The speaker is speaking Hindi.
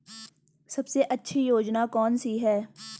सबसे अच्छी योजना कोनसी है?